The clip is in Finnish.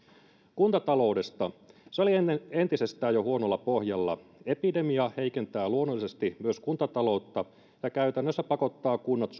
kuntataloudesta se oli entisestään jo huonolla pohjalla epidemia heikentää luonnollisesti myös kuntataloutta ja käytännössä pakottaa kunnat